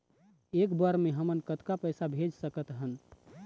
एक बर मे हमन कतका पैसा भेज सकत हन?